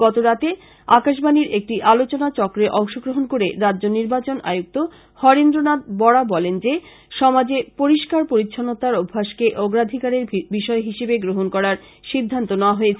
গতরাতে আকাশবানীর একটি আলোচনাচক্রে অংশগ্রহন করে রাজ্য নির্বাচন আয়ুক্ত হরেন্দ্র নাথ বরা বলেন যে সমাজে পরিষ্কার পরিচ্ছন্নতার অভ্যাসকে অগ্রাধিকারের বিষয় হিসেবে গ্রহন করার সিদ্ধান্ত নেওয়া হয়েছে